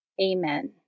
Amen